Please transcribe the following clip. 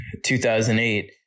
2008